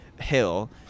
hill